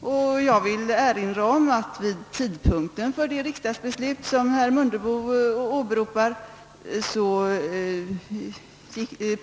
s Jag vill erinra om att vid tidpunkten för det riksdagsbeslut som herr Mundebo åberopar,